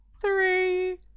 Three